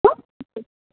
હ શું